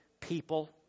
people